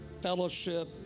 fellowship